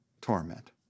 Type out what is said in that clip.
torment